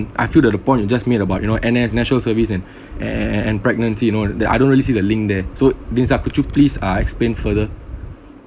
I feel the the point you just made about you know N_S national service and a~ and and and pregnancy you know that I don't really see the link there so lisa could you please uh explain further